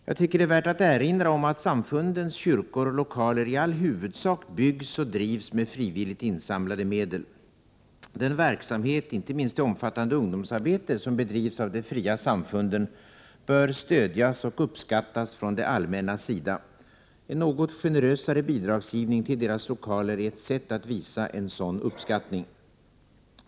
Jag tycker det är värt att erinra om att samfundens kyrkor och lokaler i all huvudsak byggs och drivs med frivilligt insamlade medel. Den verksamhet, inte minst det omfattande ungdomsarbete, som bedrivs av de fria samfunden bör stödjas och uppskattas från det allmännas sida. En något generösare bidragsgivning till deras lokaler är ett sätt att visa sådan uppskattning.